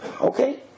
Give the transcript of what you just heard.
Okay